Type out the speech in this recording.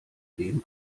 sehen